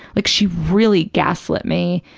like, she really gas-lit me,